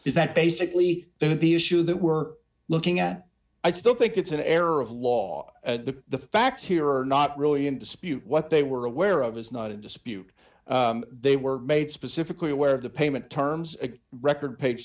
is that basically that the issue that we're looking at i still think it's an error of law at the the facts here are not really in dispute what they were aware of is not in dispute they were made specifically aware of the payment terms a record page